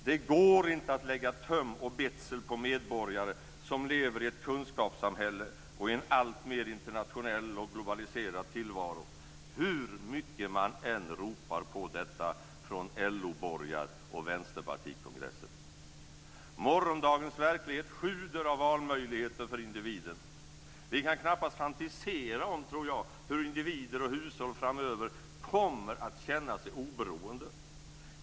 Det går inte att lägga töm och betsel på medborgare som lever i ett kunskapssamhälle och i en alltmer internationell och globaliserad tillvaro, hur mycket man än ropar på detta från LO Morgondagens verklighet sjuder av valmöjligheter för individen. Vi kan knappast fantisera, tror jag, om hur individer och hushåll framöver kommer att känna sig oberoende.